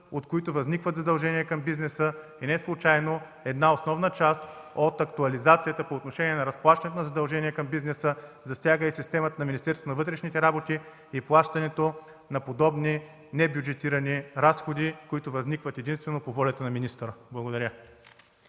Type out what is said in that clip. от които възникват задължения към бизнеса. И неслучайно една основна част от актуализацията по отношение разплащането на задълженията към бизнеса засяга и системата на Министерство на вътрешните работи, и плащането на подобни небюджетирани разходи, които възникват единствено по волята на министъра. Благодаря.